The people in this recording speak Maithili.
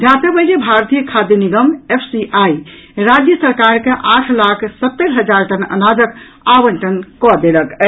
ध्यातब्य अछि जे भारतीय खाद्य निगम एफसीआई राज्य सरकार के आठ लाख सत्तरि हजार टन अनाजक आवंटन कऽ देलक अछि